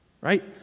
Right